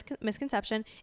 misconception